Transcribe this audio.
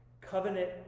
covenant